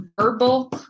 verbal